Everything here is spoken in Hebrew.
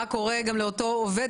מה קורה לאותו עובד,